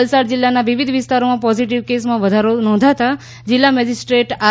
વલસાડ જિલ્લાના વિવિધ વિસ્તારોમાં પોઝીટીવ કેસોમાં વધારો નોંધાતા જિલ્લા મેજીસ્ટ્રેટ આર